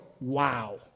wow